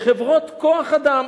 בחברות כוח-אדם,